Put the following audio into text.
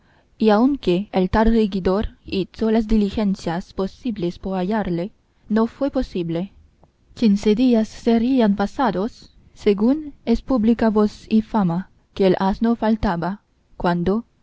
y aunque el tal regidor hizo las diligencias posibles por hallarle no fue posible quince días serían pasados según es pública voz y fama que el asno faltaba cuando